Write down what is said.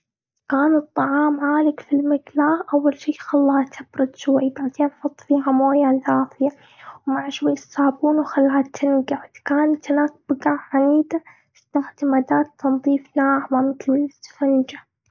إذا كان الطعام عالق في المقلاه. أول شي، خلها تبرد شوي. بعدين حط فيها مويه دافيه ومع شوي صابون وخليها تنقع، إذا كانت هنا تقعد تستخدم أداة تنظيف ناعمه مثل الإسفنجة.